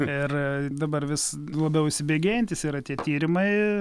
ir dabar vis labiau įsibėgėjantys yra tie tyrimai